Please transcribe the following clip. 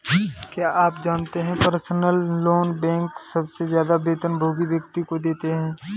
क्या आप जानते है पर्सनल लोन बैंक सबसे ज्यादा वेतनभोगी व्यक्ति को देते हैं?